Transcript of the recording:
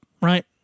right